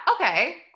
okay